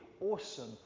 awesome